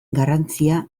garrantzia